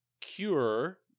cure